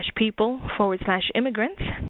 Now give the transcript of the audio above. people immigrants